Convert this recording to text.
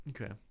Okay